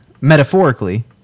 metaphorically